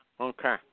Okay